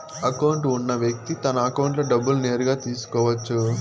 account ఉన్న వ్యక్తి తన అకౌంట్లో డబ్బులు నేరుగా తీసుకోవచ్చు